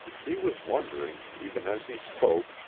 he was wondering, even as he spoke,